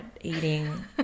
eating